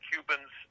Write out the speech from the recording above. Cubans